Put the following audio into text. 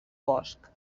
bosc